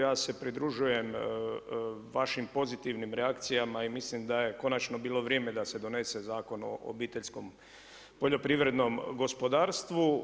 Ja se pridružujem vašim pozitivnim reakcijama i mislim da je konačno bilo vrijeme da se donese Zakon o obiteljskom poljoprivrednom gospodarstvu.